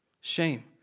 Shame